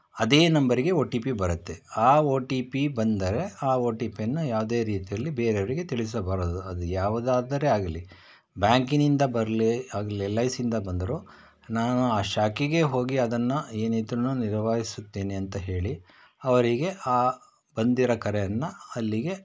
ಅದೇ ನಂಬರಿಗೆ O T P ಬರುತ್ತೆ ಆ ಓ ಟಿ ಪಿ ಬಂದರೆ ಆ ಓ ಟಿ ಪಿಯನ್ನು ಯಾವುದೇ ರೀತಿಯಲ್ಲಿ ಬೇರೆಯವರಿಗೆ ತಿಳಿಸಬಾರದು ಅದು ಯಾವ್ದಾದರೂ ಆಗಲಿ ಬ್ಯಾಂಕಿನಿಂದ ಬರಲಿ ಆಗ್ಲಿ ಎಲ್ ಐ ಸಿಯಿಂದ ಬಂದರೂ ನಾನು ಆ ಶಾಖೆಗೇ ಹೋಗಿ ಅದನ್ನು ಏನಿದ್ರೂನು ನಿರ್ವಹಿಸುತ್ತೇನೆ ಅಂತ ಹೇಳಿ ಅವರಿಗೆ ಆ ಬಂದಿರೋ ಕರೆಯನ್ನು ಅಲ್ಲಿಗೇ